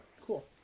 cool